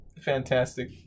Fantastic